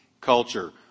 culture